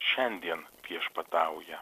šiandien viešpatauja